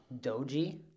doji